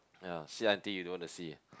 ya see until you don't want to see